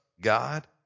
God